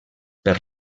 per